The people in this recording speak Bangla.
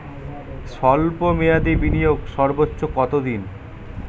স্বল্প মেয়াদি বিনিয়োগ সর্বোচ্চ কত দিন?